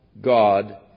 God